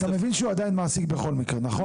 אתה מבין שהוא עדיין מעסיק בכל מקרה, נכון?